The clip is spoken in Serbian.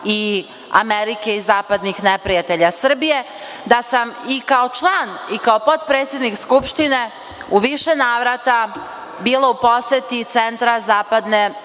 i Amerike i zapadnih neprijatelja Srbije, da sam i kao član i kao potpredsednik Skupštine u više navrata bila u poseti centra zapadne